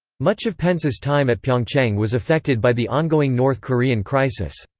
much of pence's time at pyeongchang was affected by the ongoing north korean crisis.